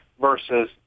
versus